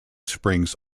springs